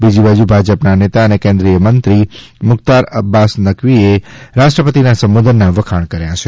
બીજી બાજુ ભાજપ નેતા અને કેન્દ્રીય મંત્રી મુખ્તાર અબ્બાસ નકવીએ રાષ્ટ્રપતિના સંબોધનનાં વખાણ કર્યા છે